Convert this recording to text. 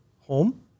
home